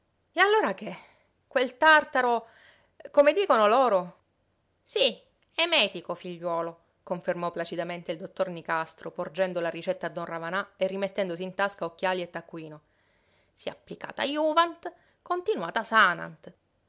e allora che quel tartaro come dicono loro sí emètico figliuolo confermò placidamente il dottor nicastro porgendo la ricetta a don ravanà e rimettendosi in tasca occhiali e taccuino si applicata juvant continuata sanant non